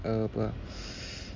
err apa ah